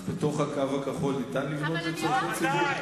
אז בתוך הקו הכחול ניתן לבנות לצורכי ציבור?